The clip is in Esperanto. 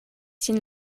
sin